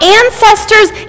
ancestors